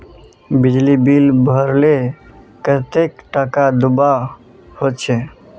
बिजली बिल भरले कतेक टाका दूबा होचे?